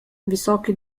visoki